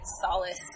solace